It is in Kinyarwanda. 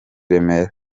remera